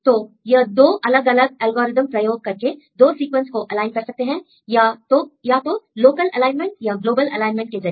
तो यह दो अलग अलग एल्गोरिदम प्रयोग करके दो सीक्वेंस को एलाइन कर सकते हैं या तो लोकल एलाइनमेंट या ग्लोबल एलाइनमेंट के जरिए